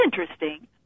interesting